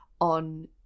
on